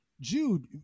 Jude